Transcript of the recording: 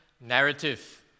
narrative